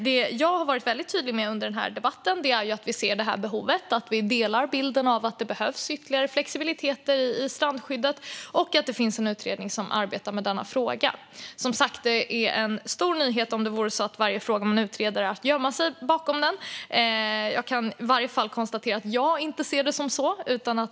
Det jag har varit väldigt tydlig med under den här debatten är att vi ser det här behovet, att vi delar bilden att det behövs ytterligare flexibilitet i strandskyddet och att det finns en utredning som arbetar med denna fråga. Det vore som sagt en stor nyhet om det vore så att varje gång man utreder en fråga är det att gömma sig bakom utredningen. Jag kan i varje fall konstatera att jag inte ser det så.